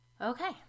Okay